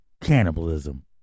cannibalism